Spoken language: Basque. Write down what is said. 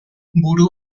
buru